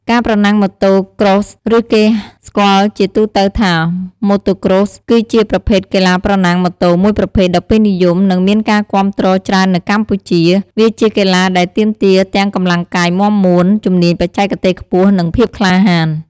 ការប្រណាំងម៉ូតូ Cross ឬដែលគេស្គាល់ជាទូទៅថា Motocross គឺជាប្រភេទកីឡាប្រណាំងម៉ូតូមួយប្រភេទដ៏ពេញនិយម និងមានការគាំទ្រច្រើននៅកម្ពុជា។ វាជាកីឡាដែលទាមទារទាំងកម្លាំងកាយមាំមួន ជំនាញបច្ចេកទេសខ្ពស់ និងភាពក្លាហាន។